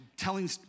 Telling